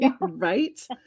Right